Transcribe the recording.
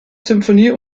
sinfonie